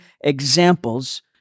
examples